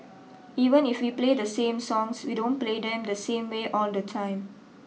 even if we play the same songs we don't play them the same way all the time